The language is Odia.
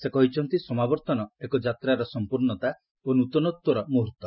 ସେ କହିଛନ୍ତି ସମାବର୍ତ୍ତନ ଏକ ଯାତ୍ରାର ସମ୍ପୂର୍ଣ୍ଣତା ଓ ନୂତନତ୍ୱର ମୁହର୍ତ୍ତ